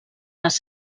les